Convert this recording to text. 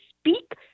speak